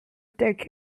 take